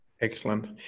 Excellent